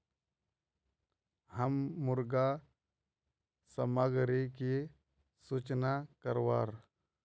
हम मुर्गा सामग्री की सूचना करवार?